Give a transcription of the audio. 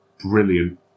brilliant